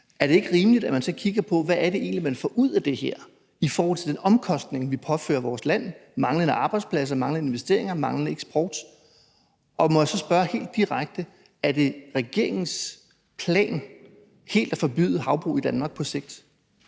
Er det ikke rimeligt, at man så kigger på, hvad det egentlig er, man får ud af det her, i forhold til den omkostning, vi påfører vores land – manglende arbejdspladser, manglende investeringer, manglende eksport? Og må jeg så spørge helt direkte: Er det regeringens plan helt at forbyde havbrug i Danmark på sigt?